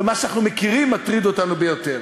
ומה שאנחנו מכירים מטריד אותנו ביותר.